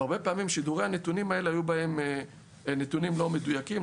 הרבה פעמים בשידורי הנתונים האלה היו נתונים לא מדויקים,